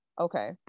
okay